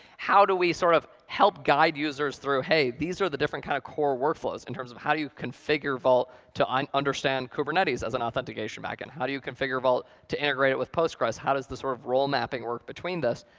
how do we sort of help guide users through, hey, these are the different kind of core workflows in terms of how do you configure vault to um understand kubernetes as an authentication back end? how do you configure vault to integrate it with postgres? how does the sort of role-mapping work between this.